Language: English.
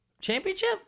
Championship